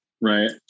right